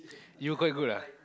you were quite good ah